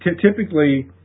typically